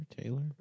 Taylor